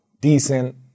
decent